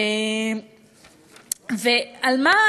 זה לא מפריע לאף אחד שהם רפורמים,